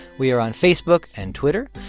we are on facebook and twitter.